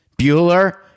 Bueller